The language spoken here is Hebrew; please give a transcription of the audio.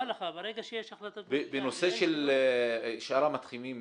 בנושא של שאר המתחמים,